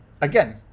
again